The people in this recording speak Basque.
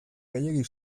gehiegi